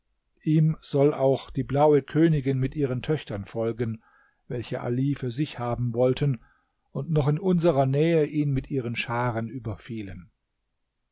ihm soll auch die blaue königin mit ihren töchtern folgen welche ali für sich haben wollten und noch in unserer nähe ihn mit ihren scharen überfielen